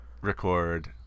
record